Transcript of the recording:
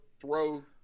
throw